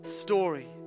story